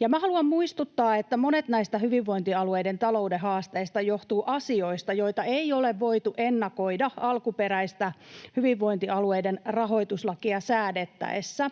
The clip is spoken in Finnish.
Minä haluan muistuttaa, että monet näistä hyvinvointialueiden talouden haasteista johtuvat asioista, joita ei ole voitu ennakoida alkuperäistä hyvinvointialueiden rahoituslakia säädettäessä,